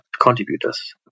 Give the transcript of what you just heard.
contributors